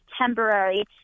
temporary